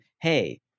hey